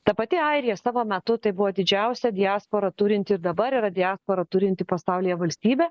ta pati airija savo metu tai buvo didžiausią diasporą turinti ir dabar yra diasporą turinti pasaulyje valstybė